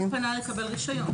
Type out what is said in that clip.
מי שפנה לקבל רישיון.